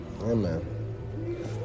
Amen